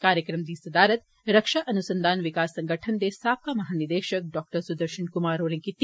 कार्यक्रम दी सदारत रक्षा अनुसंधान विकास संगठन दे साबका महानिदेशक डाक्टर सुदर्शन कुमार होरें कीती